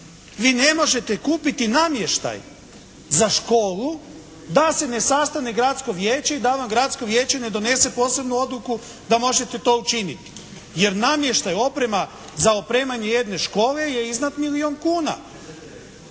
Vi ne možete kupiti namještaj za školu da se ne sastane gradsko vijeće i da vam gradsko vijeće ne donese posebnu odluku da možete to učiniti. Jer namještaj, oprema za opremanje jedne škole je iznad milijun kuna.